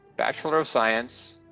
bachelor of science,